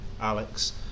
Alex